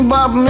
Bob